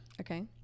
Okay